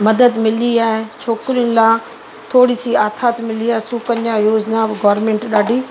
मदद मिली आहे छोकिरियुनि लाइ थोरीसीं आथात मिली आहे सुकन्या योजिना बि गोर्मेंट ॾाढी